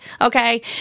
Okay